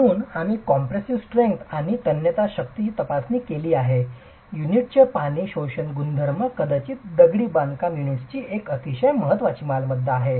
म्हणून आम्ही compressive strength आणि तन्य शक्तीची तपासणी केली युनिटचे पाणी शोषण गुणधर्म कदाचित दगडी बांधकाम युनिट्सची एक अतिशय महत्वाची मालमत्ता आहे